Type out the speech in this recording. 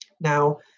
now